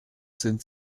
sind